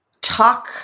talk